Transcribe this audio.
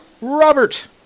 Robert